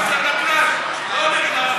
לגבי כולם בלי יוצא מן הכלל, לא נגד ערבים.